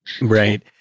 Right